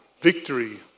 Victory